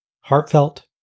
Heartfelt